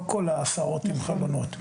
לא כל ההסעות עם חלונות.